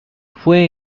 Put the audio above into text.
fue